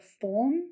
form